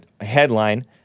headline